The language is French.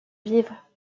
vivre